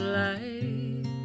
light